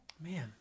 Man